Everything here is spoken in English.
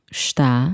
está